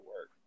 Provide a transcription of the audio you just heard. work